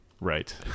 Right